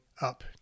up